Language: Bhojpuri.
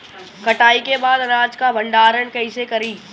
कटाई के बाद अनाज का भंडारण कईसे करीं?